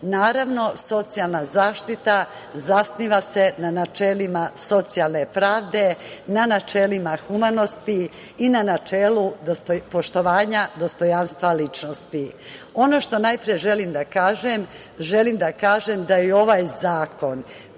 pomoć. Naravno, socijalna zaštita zasniva se na načelima socijalne pravde, na načelima humanosti i na načelu poštovanja dostojanstva ličnosti. Ono što najpre želim da kažem, želim da kažem da je ovaj zakon